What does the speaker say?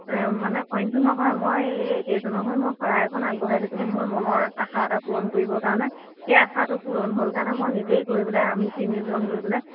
মানে অইনটো নহয় মই এই এইজনৰ হৈ মই শৰাই এখন আগবঢ়াই থৈছিলোঁ মই মনৰ আশা এটা পূৰণ কৰিবৰ কাৰণে সেই আশাটো পূৰণ হ'ল কাৰণে নিজেই গৈ পেলাই আমি তিনিওজন গৈ পেলাই